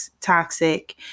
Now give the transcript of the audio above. toxic